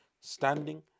standing